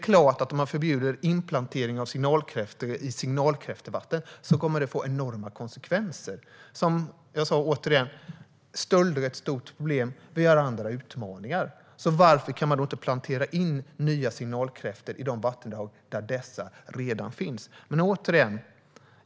Om inplantering av signalkräftor förbjuds i signalkräftvatten kommer det att få enorma konsekvenser. Stölder är ett stort problem. Det finns andra utmaningar. Varför kan inte nya signalkräftor planteras in i de vattendrag där dessa redan finns?